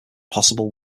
possible